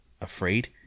afraid